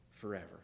forever